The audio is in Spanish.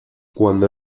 cuando